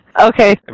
Okay